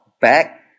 back